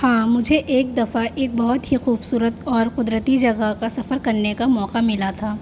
ہاں مجھے ایک دفعہ ایک بہت ہی خوبصورت اور قدرتی جگہ کا سفر کرنے کا موقع ملا تھا